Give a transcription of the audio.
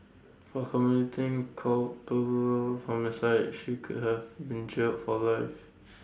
for committing culpable homicide she could have been jailed for life